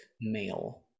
male